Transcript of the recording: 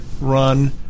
run